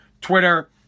Twitter